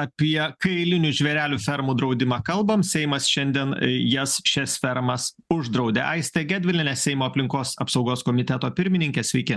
apie kailinių žvėrelių fermų draudimą kalbam seimas šiandien jas šias fermas uždraudė aistė gedvilienė seimo aplinkos apsaugos komiteto pirmininkė sveiki